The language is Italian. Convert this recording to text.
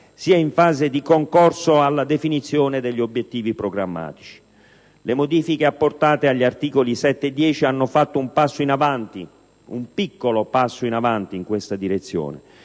sia in fase di concorso alla definizione degli obiettivi programmatici. Le modifiche apportate agli articoli 7 e 10 hanno fatto un passo in avanti - un piccolo passo in avanti - in questa direzione: